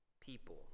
people